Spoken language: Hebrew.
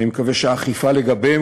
אני מקווה שהאכיפה לגביהם,